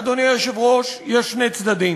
אדוני היושב-ראש, יש שני צדדים.